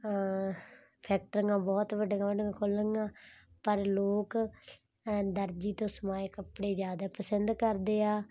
ਫੈਕਟਰੀਆਂ ਬਹੁਤ ਵੱਡੀਆਂ ਵੱਡੀਆਂ ਖੁੱਲ੍ਹ ਗਈਆਂ ਪਰ ਲੋਕ ਐਂਨ ਦਰਜੀ ਤੋਂ ਸਿਲਾਏ ਕੱਪੜੇ ਜ਼ਿਆਦਾ ਪਸੰਦ ਕਰਦੇ ਆ